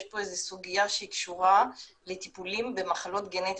יש פה סוגיה שקשורה לטיפולים במחלות גנטיות.